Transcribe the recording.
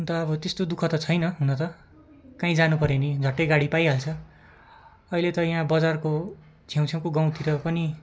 अन्त अब त्यस्तो दुःख त छैन हुन त काहीँ जानुपऱ्यो भने झट्टै गाडी पाइहाल्छ अहिले त यहाँ बजारको छेउछेउको गाउँतिर पनि